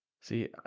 See